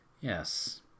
Yes